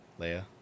Leia